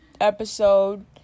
episode